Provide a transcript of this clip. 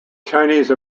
chinese